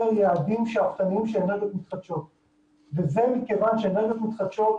לאנרגיות מתחדשות וזה כיוון שאנרגיות מתחדשות,